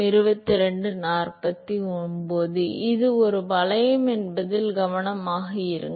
மாணவர் இது ஒரு வளையம் என்பதில் கவனமாக இருங்கள்